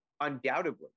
undoubtedly